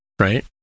right